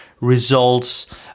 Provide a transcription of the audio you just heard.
results